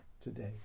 today